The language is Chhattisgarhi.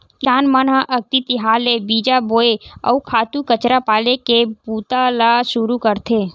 किसान मन ह अक्ति तिहार ले बीजा बोए, अउ खातू कचरा पाले के बूता ल सुरू करथे